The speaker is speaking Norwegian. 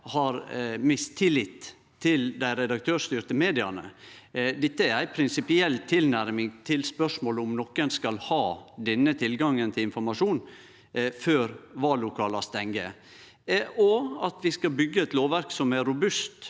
har mistillit til dei redaktørstyrte media. Dette er ei prinsipiell tilnærming til spørsmålet om nokon skal ha denne tilgangen til informasjon før vallokala stengjer, og at vi skal byggje eit lovverk som er robust